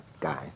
guy